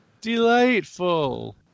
Delightful